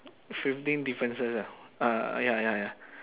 fifteen differences ah uh ya ya ya